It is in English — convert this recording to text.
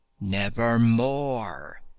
Nevermore